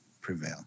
prevail